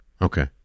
Okay